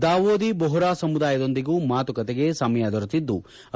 ದಾವೋದಿ ಬೋಹ್ತಾ ಸಮುದಾಯದೊಂದಿಗೂ ಮಾತುಕತೆಗೆ ಸಮಯ ದೊರೆತಿದ್ಲು